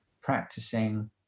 practicing